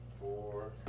four